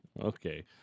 Okay